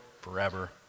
forever